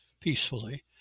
peacefully